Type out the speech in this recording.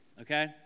okay